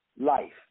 life